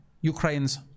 ukraine's